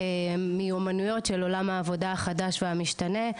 מיומנויות של עולם העבודה החדש והמשתנה,